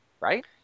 right